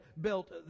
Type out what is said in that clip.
built